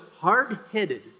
Hard-headed